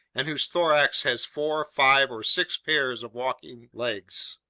and whose thorax has four, five, or six pairs of walking legs.